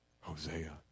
Hosea